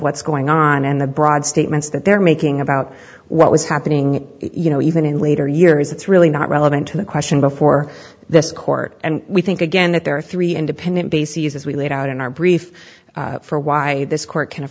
what's going on in the broad statements that they're making about what was happening you know even in later years it's really not relevant to the question before this court and we think again that there are three independent bases as we laid out in our brief for why this court